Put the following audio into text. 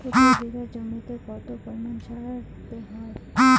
প্রতি বিঘা জমিতে কত পরিমাণ সার দিতে হয়?